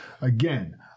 Again